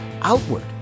outward